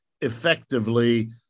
effectively